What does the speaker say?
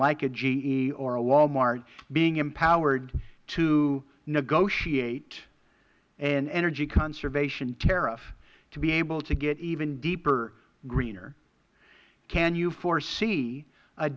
like a ge or a wal mart being empowered to negotiate an energy conservation tariff to be able to get even deeper greener can you foresee a